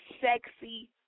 sexy